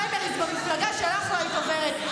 פריימריז במפלגה שלך לא היית עוברת.